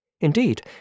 Indeed